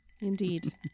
Indeed